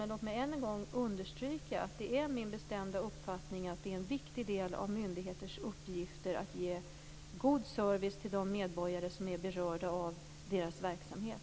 Men låt mig än en gång understryka att det är min bestämda uppfattning att det är en viktig del av myndigheters uppgifter att ge god service till de medborgare som är berörda av deras verksamhet.